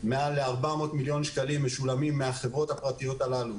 מעל ל-400 מיליון שקלים משולמים מהחברות הפרטיות הללו